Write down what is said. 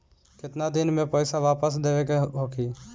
केतना दिन में पैसा वापस देवे के होखी?